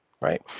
Right